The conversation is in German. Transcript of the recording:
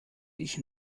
ich